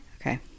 Okay